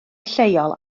lleol